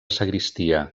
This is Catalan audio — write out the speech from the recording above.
sagristia